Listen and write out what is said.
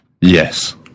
Yes